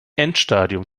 endstadium